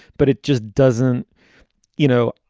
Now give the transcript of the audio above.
but it just doesn't you know,